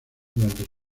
durante